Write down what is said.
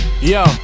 Yo